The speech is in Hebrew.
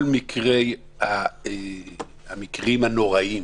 כל המקרים הנוראיים